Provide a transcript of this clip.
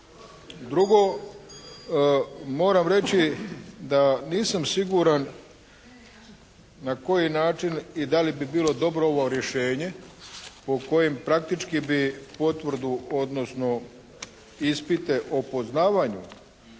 Drugo, moram reći da nisam siguran na koji način i da li bi bilo dobro ovo rješenje po kojem praktički bi potvrdu odnosno ispite o poznavanju